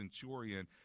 centurion